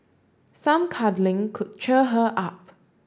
some cuddling could cheer her up